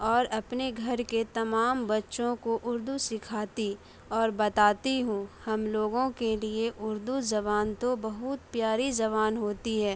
اور اپنے گھر کے تمام بچوں کو اردو سکھاتی اور بتاتی ہوں ہم لوگوں کے لیے اردو زبان تو بہت پیاری زبان ہوتی ہے